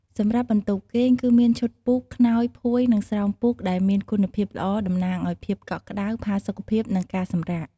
សម្រាប់បន្ទប់គេង គឺមានឈុតពូក ខ្នើយ ភួយ និងស្រោមពូកដែលមានគុណភាពល្អតំណាងឲ្យ ភាពកក់ក្តៅ ផាសុកភាព និង ការសម្រាក។